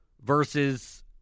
versus